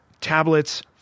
tablets—